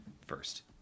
first